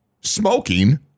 smoking